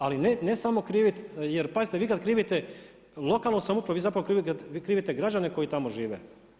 Ali ne samo krivi, jer pazite, vi kad krivite lokalnu samoupravu, vi zapravo krivite građane koji tamo žive.